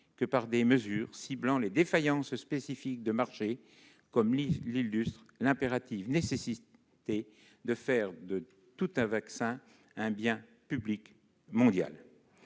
que par des mesures ciblant les défaillances spécifiques du marché, comme l'illustre l'impérative nécessité de faire de tout vaccin un bien public mondial.